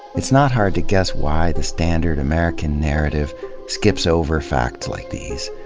it's not hard to guess why the standard american narrative skips over facts like these,